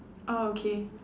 orh okay